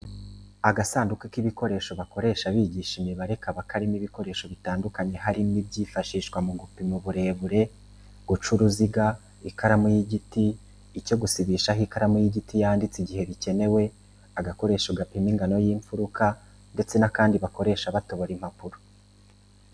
Agasanduka k'ibikoresho bakoresha bigisha imibare kaba karimo ibikoresho bitandukanye harimo ibyifashishwa mu gupima uburebure, guca uruziga, ikaramu y'igiti, icyo gusibisha aho ikaramu y'igiti yanditse igihe bikenewe, agakoresho gapima ingano y'imfuruka ndetse n'akandi bakoresha batobora impapuro.